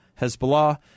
Hezbollah